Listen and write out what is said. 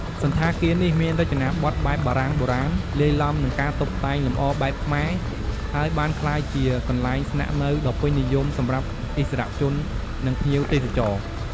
សណ្ឋាគារនេះ មានរចនាបថបែបបារាំងបុរាណ លាយឡំនឹងការតុបតែងលម្អបែបខ្មែរ ហើយបានក្លាយជាកន្លែងស្នាក់នៅដ៏ពេញនិយមសម្រាប់ឥស្សរជន និងភ្ញៀវទេសចរ។